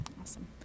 Awesome